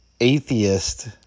atheist